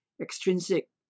extrinsic